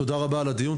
תודה רבה על הדיון,